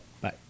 Bye